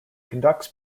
conducts